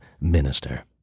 minister